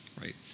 right